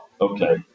okay